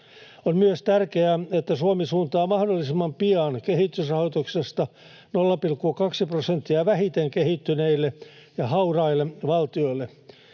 On myös tärkeää, että Suomi suuntaa mahdollisimman pian kehitysrahoituksesta 0,2 prosenttia vähiten kehittyneille ja hauraille valtioille.